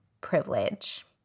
privilege